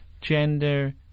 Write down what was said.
gender